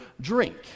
drink